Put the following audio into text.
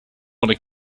want